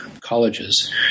colleges